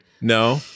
No